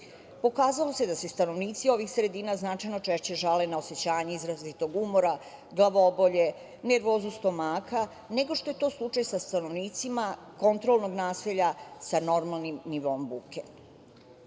Pokazalo se da se stanovnici ovih sredina značajno češće žale na osećanje izrazitog umora, glavobolje, nervozu stomaka, nego što je to slučaj sa stanovnicima kontrolnog naselja sa normalnim nivoom buke. Pošto